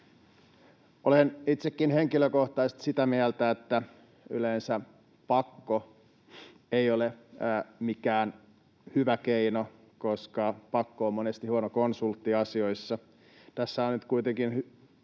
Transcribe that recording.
Olen itsekin henkilökohtaisesti sitä mieltä, että yleensä pakko ei ole mikään hyvä keino, koska pakko on monesti huono konsultti asioissa. Tässä esityksessä on nyt